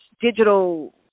digital